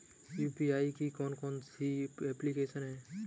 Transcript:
UPI की कौन कौन सी एप्लिकेशन हैं?